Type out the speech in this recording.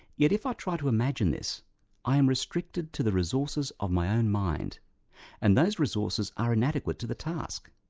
yet, if i try to imagine this i am restricted to the resources of my own mind and those resources are inadequate to the task.